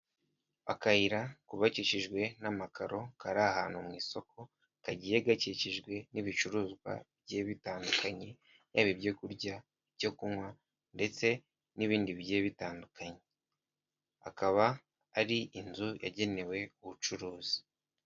Akayira kubakishijwe n'amakaro kari ahantu mu isoko, kagiye gakikijwe n'ibicuruzwa bigiye bitandukanye yaba ibyo kurya, ibyo kunywa ndetse n'ibindi bigiye bitandukanye, hakaba hari inzu yagenewe ubucuruzi.